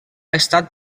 estat